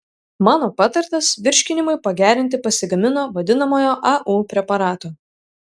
mano patartas virškinimui pagerinti pasigamino vadinamojo au preparato